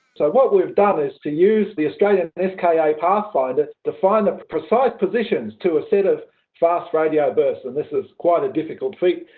so what we've done is to use the australian ska kind of pathfinder to find the precise positions to a set of fast radio bursts, and this is quite a difficult feat.